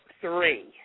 three